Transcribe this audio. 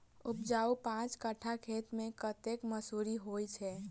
उपजाउ पांच कट्ठा खेत मे कतेक मसूरी होइ छै?